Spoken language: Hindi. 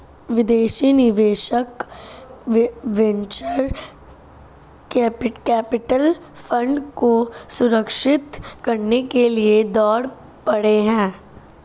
विदेशी निवेशक वेंचर कैपिटल फंड को सुरक्षित करने के लिए दौड़ पड़े हैं